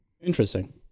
Interesting